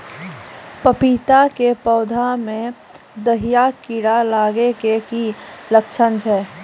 पपीता के पौधा मे दहिया कीड़ा लागे के की लक्छण छै?